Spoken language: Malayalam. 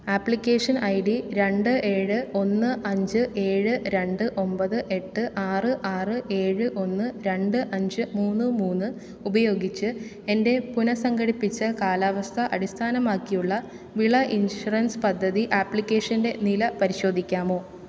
ആപ്ലിക്കേഷൻ ഐ ഡി രണ്ട് ഏഴ് ഒന്ന് അഞ്ച് ഏഴ് രണ്ട് ഒമ്പത് എട്ട് ആറ് ആറ് ഏഴ് ഒന്ന് രണ്ട് അഞ്ച് മൂന്ന് മൂന്ന് ഉപയോഗിച്ച് എൻ്റെ പുനസംഘടിപ്പിച്ച കാലാവസ്ഥ അടിസ്ഥാനമാക്കിയുള്ള വിള ഇൻഷുറൻസ് പദ്ധതി ആപ്ലിക്കേഷൻ്റെ നില പരിശോധിക്കാമോ